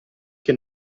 che